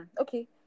okay